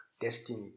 destiny